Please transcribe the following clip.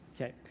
Okay